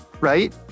right